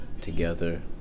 together